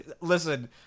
listen